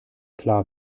klar